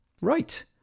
Right